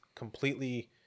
completely